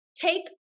take